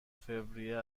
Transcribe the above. فوریه